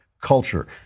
Culture